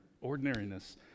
ordinariness